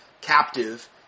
captive